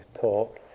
talk